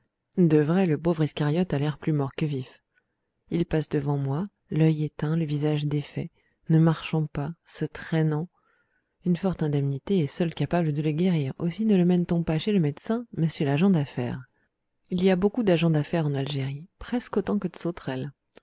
de vrai le pauvre iscariote a l'air plus mort que vif il passe devant moi l'œil éteint le visage défait ne marchant pas se traînant une forte indemnité est seule capable de le guérir aussi ne le mène t on pas chez le médecin mais chez l'agent d'affaires il y a beaucoup d'agents d'affaires en algérie presque autant que de sauterelles